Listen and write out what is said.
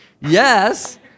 Yes